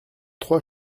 trois